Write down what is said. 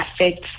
affects